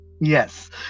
Yes